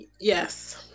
yes